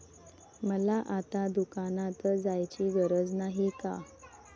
मला आता दुकानात जायची गरज नाही का?